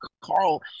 Carl